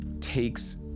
Takes